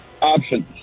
options